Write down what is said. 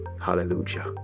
Hallelujah